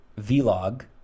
vlog